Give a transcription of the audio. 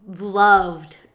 loved